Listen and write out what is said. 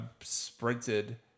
sprinted